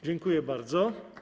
Dziękuję bardzo.